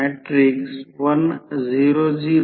त्याचप्रमाणे N2 E2 4